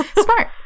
Smart